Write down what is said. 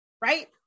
right